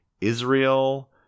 israel